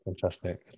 Fantastic